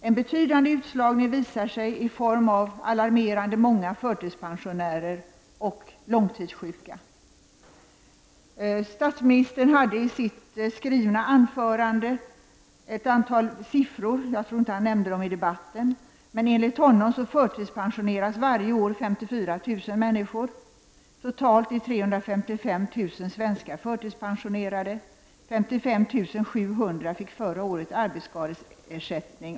En betydande utslagning visar sig i form av alarmerande många förtidspensionärer och långtidssjuka. Statsministerns manus innehöll ett antal siffror. Jag tror inte att han nämnde dem under debatten, men enligt dessa siffror förtidspensioneras varje år 54 000 människor. Totalt är 355 000 svenskar förtidspensionerade. Förra året fick 55 700 personer arbetsskadeersättning.